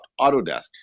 Autodesk